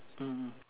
mm